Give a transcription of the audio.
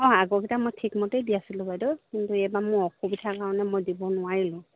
অঁ আগৰকিটা মই ঠিকমতেই দি আছিলোঁ বাইদেউ কিন্তু এইবাৰ মোৰ অসুবিধাৰ কাৰণে মই দিব নোৱাৰিলোঁ